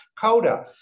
Coda